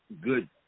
good